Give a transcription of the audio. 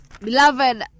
Beloved